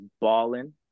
balling